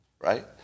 Right